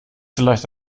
vielleicht